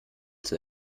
zur